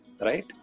right